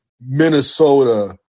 Minnesota